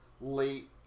late